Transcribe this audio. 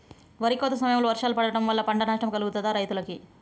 వరి కోత సమయంలో వర్షాలు పడటం వల్ల పంట నష్టం కలుగుతదా రైతులకు?